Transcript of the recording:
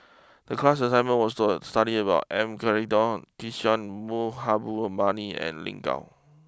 the class assignment was to study about M Karthigesu Kishore Mahbubani and Lin Gao